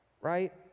right